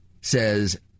says